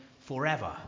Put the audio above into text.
forever